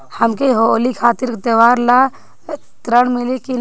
हमके होली खातिर त्योहार ला ऋण मिली का?